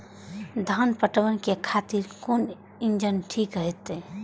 धान पटवन के खातिर कोन इंजन ठीक होते?